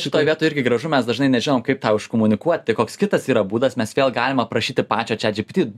šitoj vietoj irgi gražu mes dažnai nežinom kaip tau iškomunikuot tai koks kitas yra būdas mes vėl galima prašyti pačio čiat džipiti